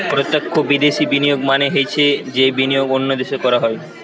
প্রত্যক্ষ বিদ্যাশি বিনিয়োগ মানে হৈছে যেই বিনিয়োগ অন্য দেশে করা হয়